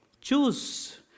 Choose